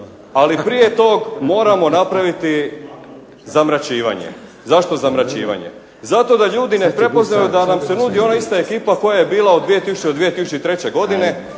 ali prije tog moramo napraviti zamračivanje. Zašto zamračivanje? Zato da ljudi ne prepoznaju da vam se nudi ona ista ekipa koja je bila od 2000. do